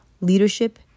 Leadership